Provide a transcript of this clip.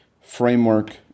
framework